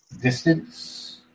distance